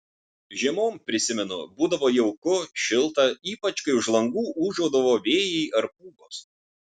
žiemom prisimenu būdavo jauku šilta ypač kai už langų ūžaudavo vėjai ar pūgos